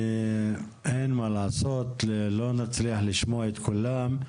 אין מה לעשות, לא נצליח לשמוע את כולם,